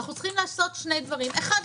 אנחנו צריכים לעשות שני דברים: אחת,